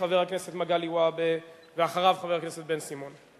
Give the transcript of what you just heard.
חבר הכנסת מגלי והבה, ואחריו, חבר הכנסת בן-סימון.